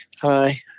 Hi